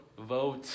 Vote